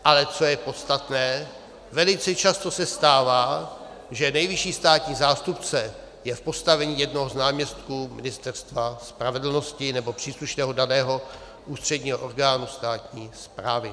Ale co je podstatné, velice často se stává, že nejvyšší státního zástupce je v postavení jednoho z náměstků Ministerstva spravedlnosti nebo příslušného daného ústředního orgánu státní správy.